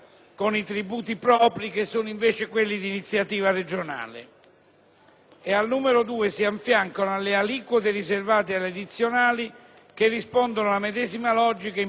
lettera *b)*, si affiancano, alle aliquote riservate alle Regioni, le addizionali, che rispondono alla medesima logica impositiva e di valorizzazione delle autonomie.